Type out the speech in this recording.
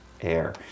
air